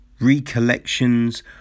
Recollections